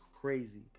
crazy